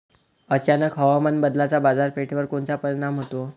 अचानक हवामान बदलाचा बाजारपेठेवर कोनचा परिणाम होतो?